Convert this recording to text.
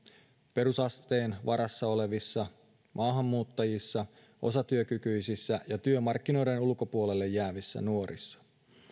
perusasteen koulutuksen varassa olevissa maahanmuuttajissa osatyökykyisissä ja työmarkkinoiden ulkopuolelle jäävissä nuorissa